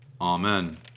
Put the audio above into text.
Amen